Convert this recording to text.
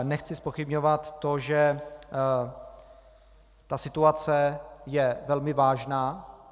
Nechci zpochybňovat to, že situace je velmi vážná.